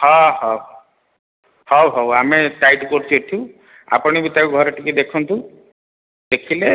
ହଁ ହଁ ହଉ ହଉ ଆମେ ଟାଇଟ୍ କରୁଛୁ ଏଠି ଆପଣ ବି ତାକୁ ଘରେ ଟିକେ ଦେଖନ୍ତୁ ଦେଖିଲେ